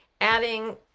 adding